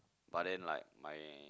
but then like my